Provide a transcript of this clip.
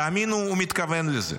תאמינו, הוא מתכוון לזה.